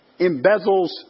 embezzles